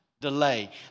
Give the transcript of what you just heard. Delay